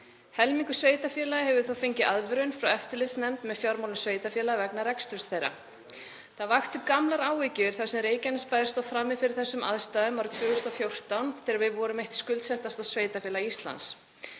Helmingur sveitarfélaga hefur þó fengið aðvörun frá eftirlitsnefnd með fjármálum sveitarfélaga vegna reksturs þeirra. Það vakti upp gamlar áhyggjur þar sem Reykjanesbær stóð frammi fyrir þessum aðstæðum árið 2014 þegar við vorum eitt skuldsettasta sveitarfélag Íslands.